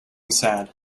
sad